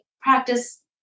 practice